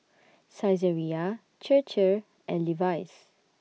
Saizeriya Chir Chir and Levi's